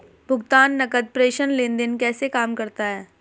भुगतान नकद प्रेषण लेनदेन कैसे काम करता है?